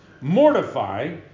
Mortify